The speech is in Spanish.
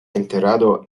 enterrado